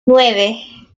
nueve